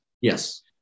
Yes